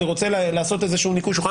אני רוצה לעשות ניקוי שולחן,